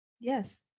Yes